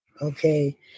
Okay